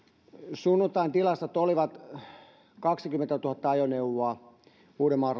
sunnuntain tilastot olivat että kaksikymmentätuhatta ajoneuvoa ylitti uudenmaan